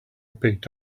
picked